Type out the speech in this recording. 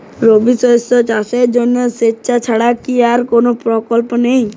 রবি শস্য চাষের জন্য সেচ ছাড়া কি আর কোন বিকল্প নেই?